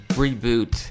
reboot